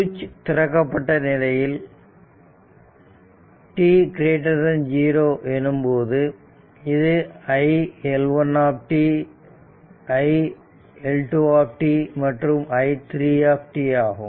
சுவிட்ச் திறக்கப்பட்ட நிலையில் t0 எனும்போது இது iL1 iL2 மற்றும் i3 ஆகும்